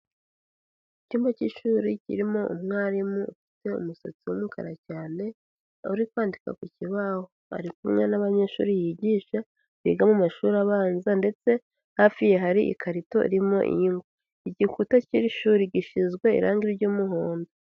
Icyumba cy'ishuri kirimo umwarimu ufite umusatsi w'umukara cyane aho ari kwandika ku kibaho. Ari kumwe n'abanyeshuri yigisha biga mumashuri abanza ndetse hafi ye hari ikarito irimo ingwa. Igikuta k'iri shuri gisize irangi ry'umuhondo.